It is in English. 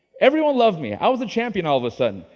everyone loved me! i was a champion all of a sudden.